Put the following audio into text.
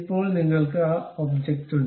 ഇപ്പോൾ നിങ്ങൾക്ക് ആ ഒബ്ജക്റ്റ് ഉണ്ട്